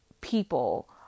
people